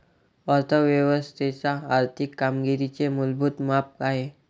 अर्थ व्यवस्थेच्या आर्थिक कामगिरीचे मूलभूत माप आहे